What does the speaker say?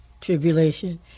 Tribulation